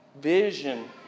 Vision